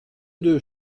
deux